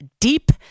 deep